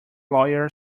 lawyer